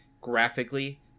graphically